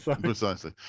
precisely